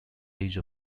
age